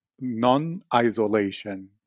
non-isolation